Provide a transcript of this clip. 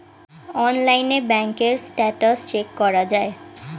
অনলাইনে ব্যাঙ্কের status check করা যায়